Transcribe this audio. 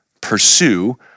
pursue